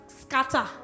scatter